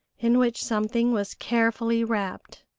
in which something was carefully wrapped.